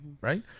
Right